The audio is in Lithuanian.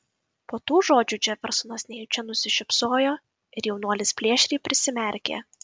po tų žodžių džefersonas nejučia nusišypsojo ir jaunuolis plėšriai prisimerkė